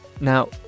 Now